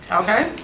okay,